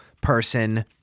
person